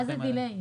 מה זה דיליי?